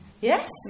Yes